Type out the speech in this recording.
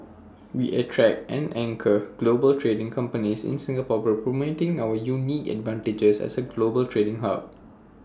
we attract and anchor global trading companies in Singapore by promoting our unique advantages as A global trading hub